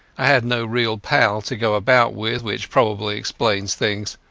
i had no real pal to go about with, which probably explains things.